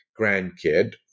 grandkid